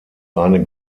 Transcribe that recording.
eine